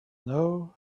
know